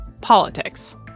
politics